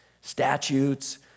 statutes